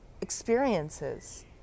experiences